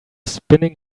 spinning